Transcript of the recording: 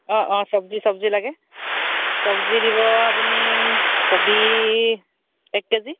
অঁ অঁ চব্জি চব্জি লাগে চব্জি দিব আপুনি কবি এক কেজি